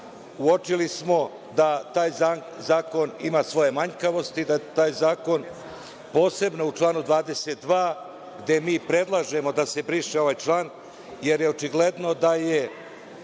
uočili smo da taj zakon ima svoje manjkavosti, da taj zakon posebno u članu 22, gde mi predlažemo da se briše ovaj član, jer je očigledno da je